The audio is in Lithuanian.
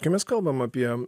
kai mes kalbam apie